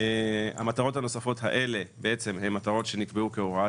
המטרות הנוספות האלו הן מטרות שנקבעו כהוראת